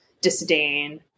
disdain